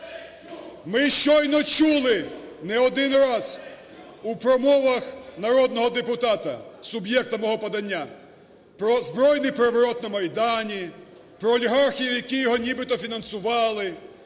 Ми щойно чули не один раз у промовах народного депутата, суб'єкта мого подання про збройний переворот на Майдані, про олігархів, які його нібито фінансували,